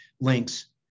links